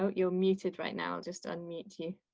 you're muted right now. just unmute you.